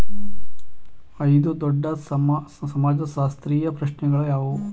ಐದು ದೊಡ್ಡ ಸಮಾಜಶಾಸ್ತ್ರೀಯ ಪ್ರಶ್ನೆಗಳು ಯಾವುವು?